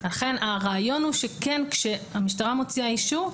לכן הרעיון הוא שכן כשהמשטרה מוציאה אישור,